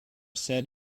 said